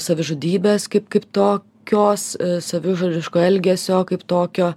savižudybės kaip kaip tokios savižudiško elgesio kaip tokio